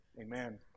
amen